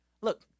Look